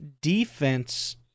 defense